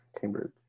Cambridge